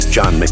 John